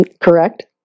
correct